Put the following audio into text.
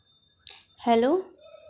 hello